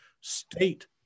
state